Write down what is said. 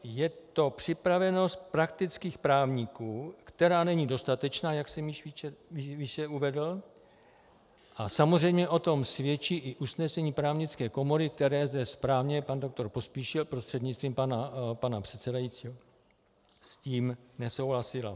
Je to připravenost praktických právníků, která není dostatečná, jak jsem již výše uvedl, a samozřejmě o tom svědčí i usnesení právnické komory, které zde správně pan doktor Pospíšil prostřednictvím pana předsedajícího, které s tím nesouhlasilo.